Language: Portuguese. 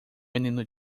menino